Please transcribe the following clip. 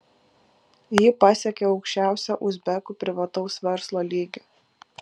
ji pasiekė aukščiausią uzbekų privataus verslo lygį